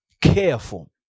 careful